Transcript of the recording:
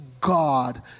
God